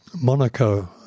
Monaco